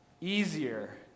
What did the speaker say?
Easier